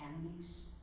enemies